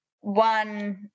one